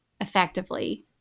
effectively